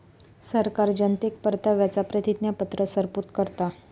सरकार जनतेक परताव्याचा प्रतिज्ञापत्र सुपूर्द करता